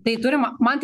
tai turim man tai